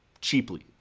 cheaply